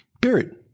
Period